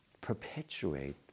perpetuate